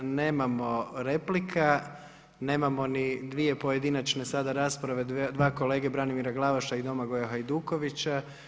Nema replika, nemamo ni dvije pojedinačne sada rasprave, dva kolege Branimira Glavaša i Domagoja Hajdukovića.